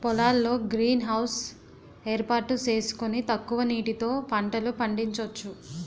పొలాల్లో green house ఏర్పాటు సేసుకొని తక్కువ నీటితో పంటలు పండించొచ్చు